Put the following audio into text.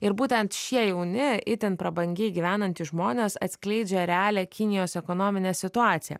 ir būtent šie jau ne itin prabangiai gyvenantys žmonės atskleidžia realią kinijos ekonominę situaciją